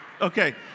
Okay